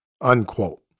unquote